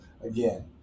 again